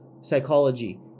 psychology